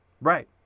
Right